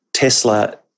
Tesla